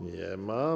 Nie ma.